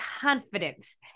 confidence